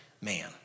man